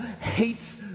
hates